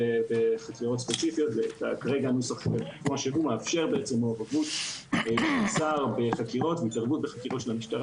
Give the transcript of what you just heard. נכון שבפקודת המשטרה כאשר השר מכריז על אירוע חירום אזרחי,